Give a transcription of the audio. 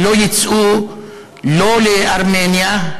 ולא יצאו לא לארמניה,